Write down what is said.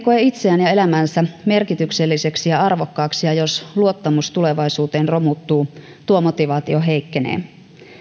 koe itseään ja elämäänsä merkitykselliseksi ja arvokkaaksi ja jos luottamus tulevaisuuteen romuttuu tuo motivaatio heikkenee